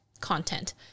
content